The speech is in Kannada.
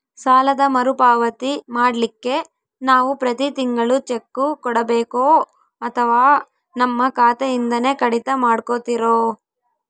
ಸಾಲದ ಮರುಪಾವತಿ ಮಾಡ್ಲಿಕ್ಕೆ ನಾವು ಪ್ರತಿ ತಿಂಗಳು ಚೆಕ್ಕು ಕೊಡಬೇಕೋ ಅಥವಾ ನಮ್ಮ ಖಾತೆಯಿಂದನೆ ಕಡಿತ ಮಾಡ್ಕೊತಿರೋ?